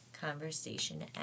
conversation